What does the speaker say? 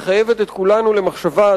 המחייבת את כולנו למחשבה,